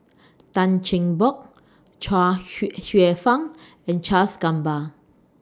Tan Cheng Bock Chuang Hsueh Fang and Charles Gamba